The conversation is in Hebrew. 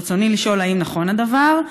ברצוני לשאול: 1. האם נכון הדבר?